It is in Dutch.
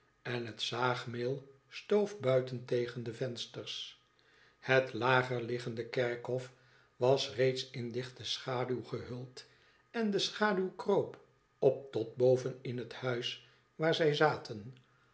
en het zaagmeel stoof buiten tegen de vensters het lager liggende kerkhof was reeds in dichte schaduw gehuld en de schaduw kroop op tot boven in het huls waar zij zaten